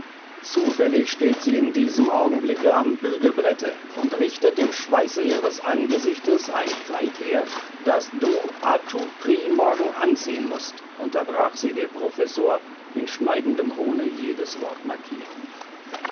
zufällig steht sie in diesem augenblicke am bügelbrette und richtet im schweiße ihres angesichtes ein kleid her das du tout prix morgen anziehen mußt unterbrach sie der professor in schneidendem hohne jedes wort markierend